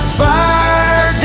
fire